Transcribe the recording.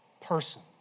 person